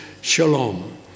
shalom